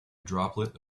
droplet